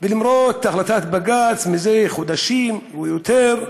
ולמרות החלטת בג"ץ, מזה חודשים או יותר,